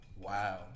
wow